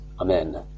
Amen